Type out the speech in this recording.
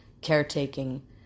caretaking